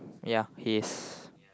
ya he is